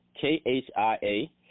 K-H-I-A